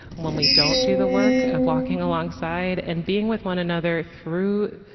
when we don't do the work of walking alongside and being with one another through